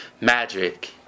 magic